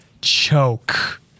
choke